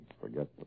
forget